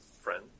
friend